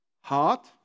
heart